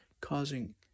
causing